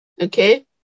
Okay